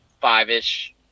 five-ish